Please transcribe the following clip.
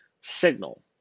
signal